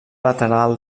lateral